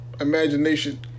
imagination